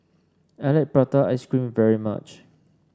I like Prata Ice Cream very much